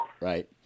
right